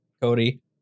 cody